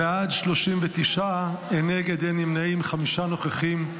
בעד, 39, אין נגד, אין נמנעים, חמישה נוכחים.